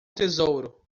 tesouro